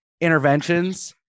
interventions